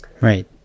Right